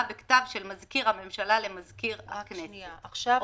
בכתב של מזכיר הממשלה למזכיר הכנסת.